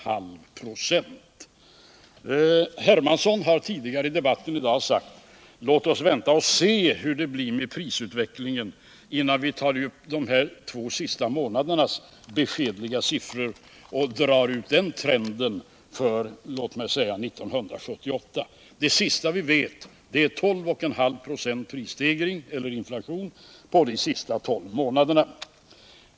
Herr Hermansson har tidigare i debatten i dag sagt: Låt oss vänta och se hur det blir med den här utvecklingen, innan vi tar de två senaste månadernas beskedliga siffror och drar ut den trenden för låt oss säga 1978. Den senaste uppgiften vi har är 12,5 ”, i inflation på de senaste tolv månaderna.